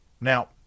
Now